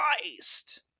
Christ